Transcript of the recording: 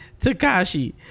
takashi